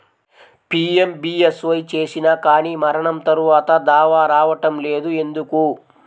PMBSY చేసినా కానీ మరణం తర్వాత దావా రావటం లేదు ఎందుకు?